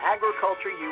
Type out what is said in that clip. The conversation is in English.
Agriculture